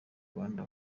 rwanda